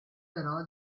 però